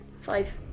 Five